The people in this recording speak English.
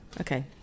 okay